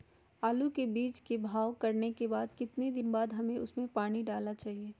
आलू के बीज के भाव करने के बाद कितने दिन बाद हमें उसने पानी डाला चाहिए?